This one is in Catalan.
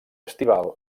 estival